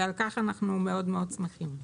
ועל כך אנחנו מאוד שמחים.